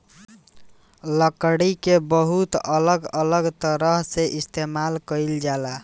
लकड़ी के बहुत अलग अलग तरह से इस्तेमाल कईल जाला